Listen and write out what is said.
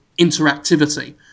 interactivity